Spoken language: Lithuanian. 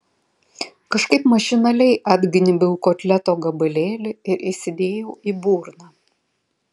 kažkaip mašinaliai atgnybiau kotleto gabalėlį ir įsidėjau į burną